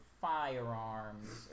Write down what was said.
Firearms